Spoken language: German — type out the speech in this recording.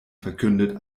verkündet